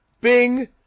Bing